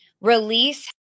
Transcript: release